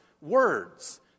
words